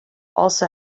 also